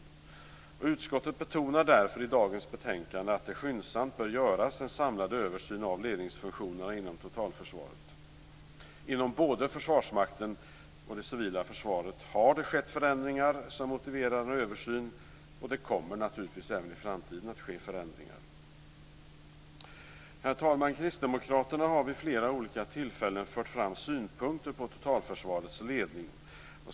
Utskottet betonar därför i dagens betänkande att det skyndsamt bör göras en samlad översyn av ledningsfunktionerna inom totalförsvaret. Inom både Försvarsmakten och det civila försvaret har det skett förändringar som motiverar en översyn, och det kommer naturligtvis även i framtiden att ske förändringar. Herr talman! Kristdemokraterna har vid flera olika tillfällen fört fram synpunkter på totalförsvarets ledning.